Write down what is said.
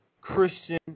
Christian